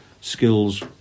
skills